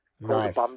Nice